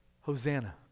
Hosanna